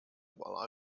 while